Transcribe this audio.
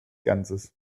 ganzes